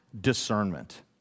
discernment